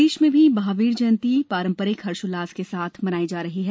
प्रदेश में भी महावीर जयंती पारंपरिक हर्षोउल्लास के साथ मनाई जा रही है